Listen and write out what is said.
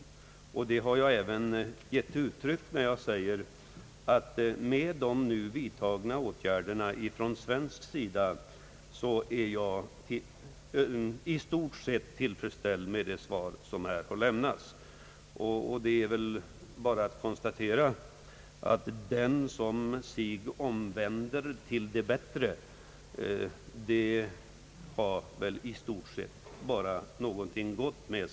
Den sa ken har jag gett uttryck för när jag sagt att jag i stort sett är tillfredsställd med det svar som nu har lämnats, i vilket de åtgärder som har vidtagits från svensk sida har redovisats. Det är bara att konstatera att om någon sig omvänder till det bättre så är väl det bara gott och väl.